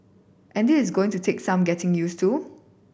and this is going to take some getting use to